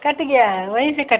cut गया है वहीं से कट